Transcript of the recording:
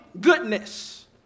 goodness